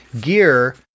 gear